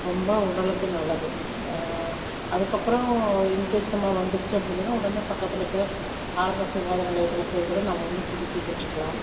ரொம்ப உடலுக்கு நல்லது அதுக்கப்புறம் இன்கேஸ் நம்ம வந்துடுச்சு அப்டின்னு சொன்னால் உடனே பக்கத்தில் இருக்கிற ஆரம்ப சுகாதார நிலையத்தில் போய் கூட நம்ம வந்து சிகிச்சை பெற்றுக்கலாம்